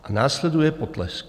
A následuje potlesk.